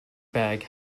bag